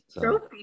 trophy